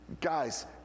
Guys